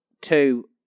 two